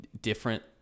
different